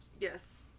yes